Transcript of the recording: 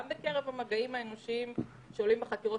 גם בקרב המגעים האנושיים שעולים בחקירות